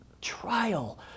trial